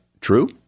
true